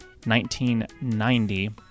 1990